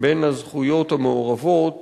בין הזכויות המעורבות